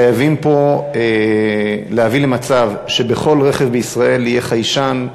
חייבים פה להביא למצב שבכל רכב בישראל יהיה חיישן,